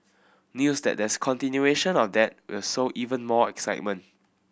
news that there's continuation of that will sow even more excitement